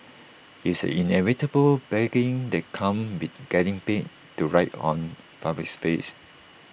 it's the inevitable baggage the comes with getting paid to write on A public space